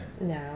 No